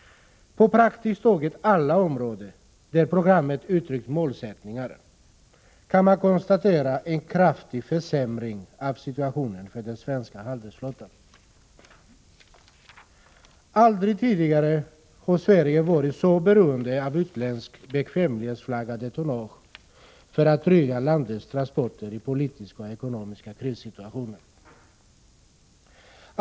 På praktiskt taget alla områden där programmet uttryckt målsättningar kan man konstatera en kraftig försämring av situationen för den svenska handelsflottan. Aldrig tidigare har Sverige varit så beroende av utländskt bekvämlighetsflaggat tonnage för att trygga landets transporter i politiska och ekonomiska krissituationer.